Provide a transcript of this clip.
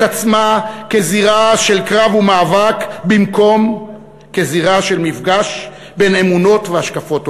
עצמה כזירה של קרב ומאבק במקום כזירה של מפגש בין אמונות והשקפות עולם.